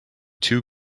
two